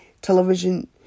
television